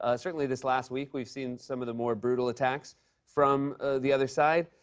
ah certainly this last week, we've seen some of the more brutal attacks from the other side.